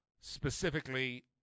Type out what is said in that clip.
Specifically